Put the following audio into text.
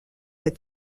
that